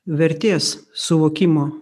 vertės suvokimo